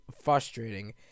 frustrating